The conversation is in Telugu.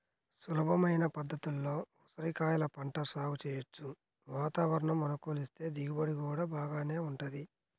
సులభమైన పద్ధతుల్లో ఉసిరికాయల పంట సాగు చెయ్యొచ్చు, వాతావరణం అనుకూలిస్తే దిగుబడి గూడా బాగానే వుంటది